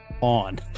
on